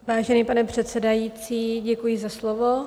Vážený pane předsedající, děkuji za slovo.